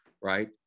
Right